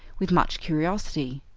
with much curiosity.